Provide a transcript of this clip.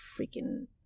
freaking